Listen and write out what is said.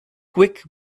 quick